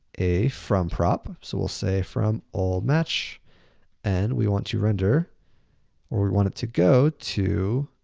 a, from prop. so we'll say from old-match and we want to render or we want it to go to